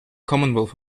commonwealth